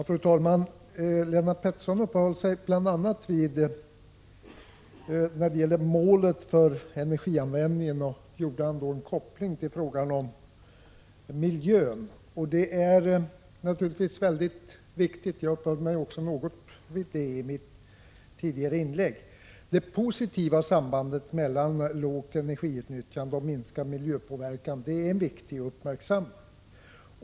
Fru talman! Lennart Pettersson uppehöll sig bl.a. vid målet för energianvändningen och gjorde en koppling till frågan om miljön. Det är naturligtvis väldigt viktigt. Också jag uppehöll mig något vid detta i mitt tidigare inlägg. Det positiva sambandet mellan lågt energiutnyttjande och minskad miljöpåverkan är viktigt att uppmärksamma.